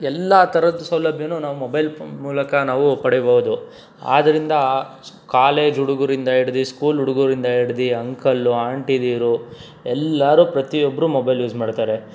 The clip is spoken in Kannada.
ಎಲ್ಲ ಥರದ ಸೌಲಭ್ಯನೂ ನಾವು ಮೊಬೈಲ್ ಮೂಲಕ ನಾವು ಪಡೀಬೋದು ಆದ್ದರಿಂದ ಕಾಲೇಜ್ ಹುಡುಗರಿಂದ ಹಿಡಿದು ಸ್ಕೂಲ್ ಹುಡುಗರಿಂದ ಹಿಡಿದು ಅಂಕಲು ಆಂಟಿದಿರು ಎಲ್ಲರೂ ಪ್ರತಿಯೊಬ್ಬರೂ ಮೊಬೈಲ್ ಯೂಸ್ ಮಾಡ್ತಾರೆ